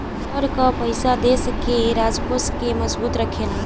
कर कअ पईसा देस के राजकोष के मजबूत रखेला